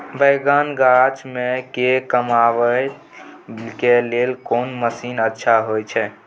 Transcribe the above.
बैंगन गाछी में के कमबै के लेल कोन मसीन अच्छा होय छै?